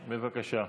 בבקשה.